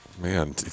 Man